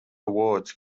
awards